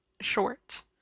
short